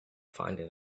finding